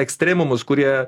ekstremumus kurie